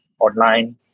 online